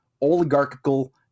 oligarchical